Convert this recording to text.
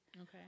okay